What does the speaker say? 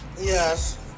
Yes